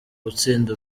gutsinda